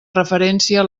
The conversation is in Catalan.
referència